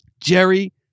Jerry